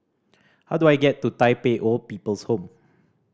how do I get to Tai Pei Old People's Home